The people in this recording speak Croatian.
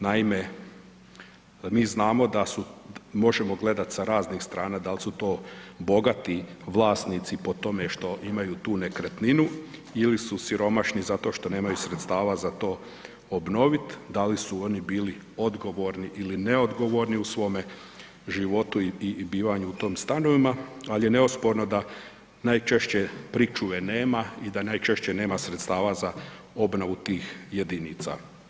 Naime, mi znamo da su, možemo gledati sa raznih strana dali su to bogati vlasnici po tome što imaju tu nekretninu ili su siromašni zato što nemaju sredstava za to obnovit, da li su oni bili odgovorni ili neodgovorni u svome životu i bivanju u tim stanovima, ali je neosporno da najčešće pričuve nema i da najčešće nema sredstava za obnovu tih jedinica.